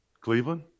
Cleveland